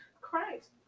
Christ